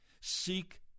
Seek